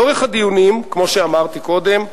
לאורך הדיונים, כמו שאמרתי קודם,